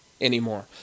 Anymore